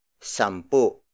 sampu